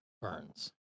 Burns